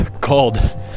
called